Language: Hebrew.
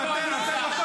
נו.